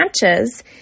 branches